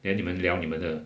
then 你们聊你们的